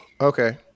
Okay